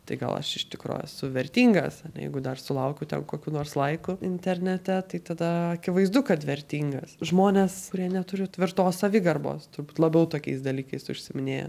tai gal aš iš tikro esu vertingas ar ne jeigu dar sulaukiu ten kokių nors laikų internete tai tada akivaizdu kad vertingas žmones kurie neturi tvirtos savigarbos turbūt labiau tokiais dalykais užsiiminėja